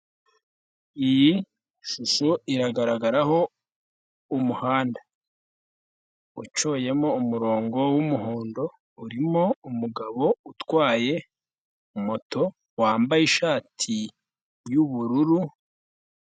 Iyi shusho iragaragaraho umuhanda ucoyemo umurongo w'umuhondo, urimo umugabo utwaye moto, wambaye ishati y'ubururu.